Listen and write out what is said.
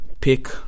Pick